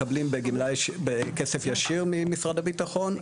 מקבלים אלפי שקלים בכסף ישיר ממשרד הביטחון.